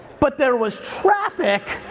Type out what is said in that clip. but there was traffic